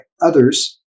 others